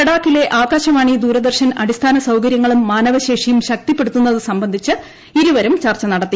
ലഡാക്കിലെ ആകാശവാണി ദൂരദർശൻ അടിസ്ഥാന സൌകര്യങ്ങളും മാനവശേഷിയും ശക്തിപ്പെടുത്തുന്നത് സംബന്ധിച്ച് ഇരുവരും ചർച്ച നടത്തി